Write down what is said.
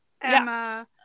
Emma